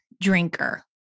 drinker